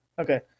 Okay